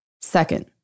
Second